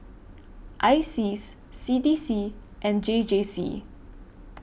ISEAS C D C and J J C